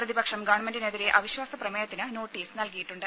പ്രതിപക്ഷം ഗവൺമെന്റിനെതിരെ അവിശ്വാസ പ്രമേയത്തിന് നോട്ടീസ് നൽകിയിട്ടുണ്ട്